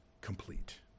complete